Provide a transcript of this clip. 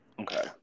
okay